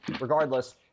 Regardless